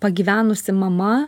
pagyvenusi mama